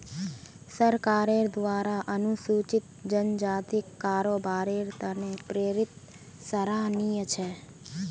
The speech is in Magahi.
सरकारेर द्वारा अनुसूचित जनजातिक कारोबारेर त न प्रेरित सराहनीय छ